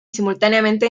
simultáneamente